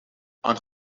aan